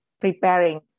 preparing